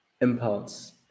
impulse